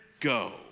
go